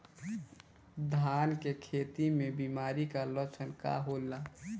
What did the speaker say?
धान के खेती में बिमारी का लक्षण का होला?